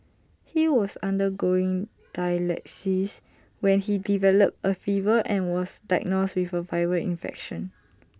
he was undergoing dialysis when he developed A fever and was diagnosed with A viral infection